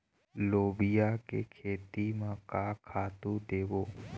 लोबिया के खेती म का खातू देबो?